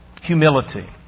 Humility